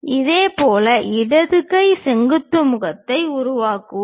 இதேபோல் இடது கை செங்குத்து முகத்தை உருவாக்குவோம்